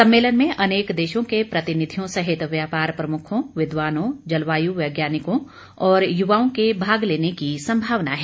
सम्मेलन में अनेक देशों के प्रतिनिधियों सहित व्यापार प्रमुखों विद्वानों जलवायु वैज्ञानिकों और युवाओं के भाग लेने की संभावना है